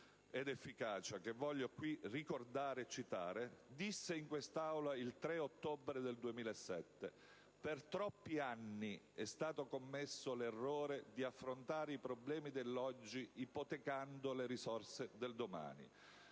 ed efficacia, che voglio qui ricordare e citare, disse in quest'Aula il 3 ottobre del 2007: «Per troppi anni è stato commesso l'errore di affrontare i problemi dell'oggi ipotecando le risorse del domani,